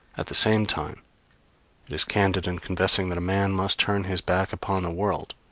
at the same time it is candid in confessing that a man must turn his back upon the world,